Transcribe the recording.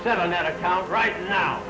set on that account right now